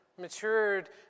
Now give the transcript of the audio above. matured